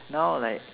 now like